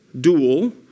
dual